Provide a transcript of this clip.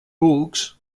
books